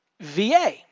VA